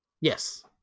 Yes